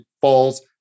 falls